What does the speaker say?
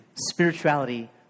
spirituality